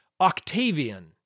Octavian